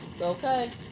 Okay